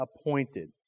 appointed